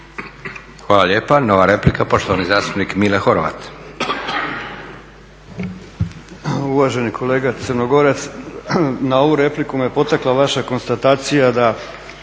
Hvala lijepa. Nova replika, poštovani zastupnik Mile Horvat.